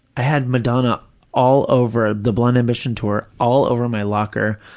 i had madonna all over, the blond ambition tour, all over my locker.